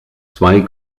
zwei